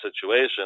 situation